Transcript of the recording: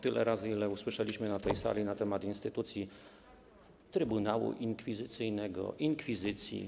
Tyle razy usłyszeliśmy na tej sali wypowiedzi na temat instytucji trybunału inkwizycyjnego, inkwizycji.